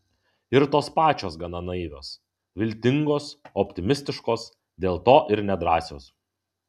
ir tos pačios gana naivios viltingos optimistiškos dėl to ir nedrąsios